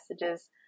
messages